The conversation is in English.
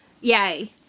Yay